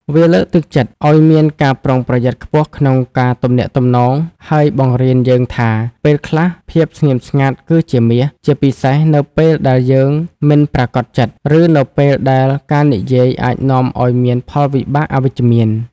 វាលើកទឹកចិត្តឱ្យមានការប្រុងប្រយ័ត្នខ្ពស់ក្នុងការទំនាក់ទំនង ហើយបង្រៀនយើងថា ពេលខ្លះភាពស្ងៀមស្ងាត់គឺជាមាស ជាពិសេសនៅពេលដែលយើងមិនប្រាកដចិត្ត ឬនៅពេលដែលការនិយាយអាចនាំឱ្យមានផលវិបាកអវិជ្ជមាន។